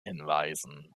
hinweisen